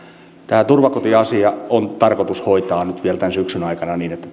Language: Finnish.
tämä turvakotiasia on tarkoitus hoitaa nyt vielä tämän syksyn aikana niin että